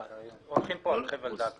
הולכים פה על חבל דק.